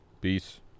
Peace